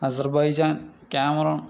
Azerbaijan Cameroon